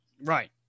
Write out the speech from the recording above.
Right